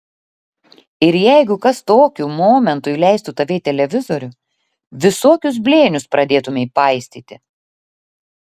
ir jeigu kas tokiu momentu įleistų tave į televizorių visokius blėnius pradėtumei paistyti